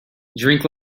drink